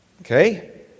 Okay